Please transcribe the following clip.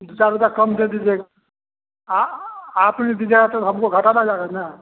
दो चार रुपया कम दे दीजिएगा आप नहीं दीजिएगा तो हमको घाटा लग जाएगा न